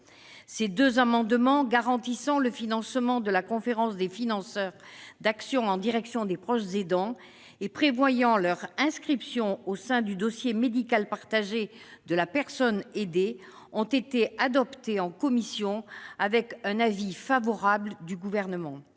Ses deux amendements visant à garantir le financement par la conférence des financeurs d'actions en direction des proches aidants et à prévoir leur inscription au sein du dossier médical partagé de la personne aidée ont été adoptés en commission, avec un avis favorable du Gouvernement.